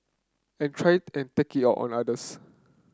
and try and take it out on others